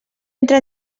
entra